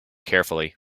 carefully